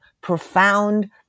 profound